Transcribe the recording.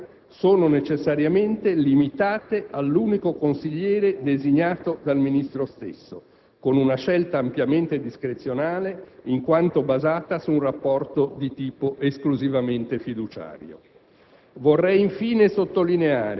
in qualità di azionista RAI, sono necessariamente limitate all'unico consigliere designato dal Ministro stesso, con una scelta ampiamente discrezionale, in quanto basata su un rapporto di tipo esclusivamente fiduciario.